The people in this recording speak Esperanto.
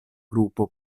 grupo